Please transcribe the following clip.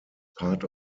part